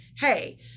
hey